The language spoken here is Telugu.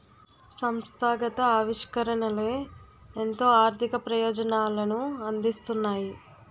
సంస్థాగత ఆవిష్కరణలే ఎంతో ఆర్థిక ప్రయోజనాలను అందిస్తున్నాయి